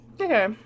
Okay